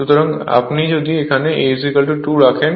সুতরাং আপনি যদি এখানে A 2 রাখেন